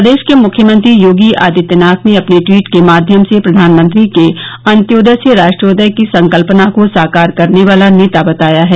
प्रदेश के मुख्यमंत्री योगी आदित्यनाथ ने अपने ट्वीट के माध्यम से प्रधानमंत्री के अन्त्योदय से राष्ट्रोदय की संकल्पना को साकार करने वाला नेता बताया है